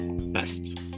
best